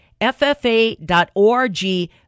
ffa.org